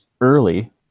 early